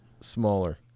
smaller